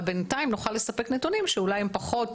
אבל בינתיים נוכל לספק נתונים שאולי הם פחות